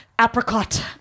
apricot